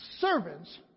servants